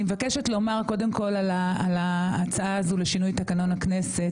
אני מבקשת לומר קודם כל על ההצעה הזאת לשינוי תקנון הכנסת,